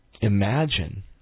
imagine